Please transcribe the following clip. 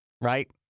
Right